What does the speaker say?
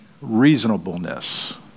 reasonableness